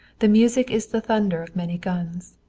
the music is the thunder of many guns.